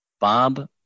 Bob